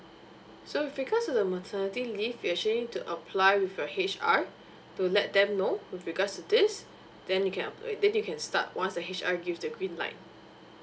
so with regards to the maternity leave you actually need to apply with your H_R to let them know with regards to this then you can start once the H_R gives the green light